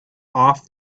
off